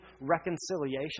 reconciliation